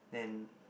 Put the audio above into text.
then